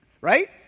Right